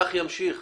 כך ימשיך.